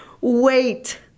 Wait